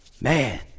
man